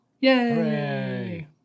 Yay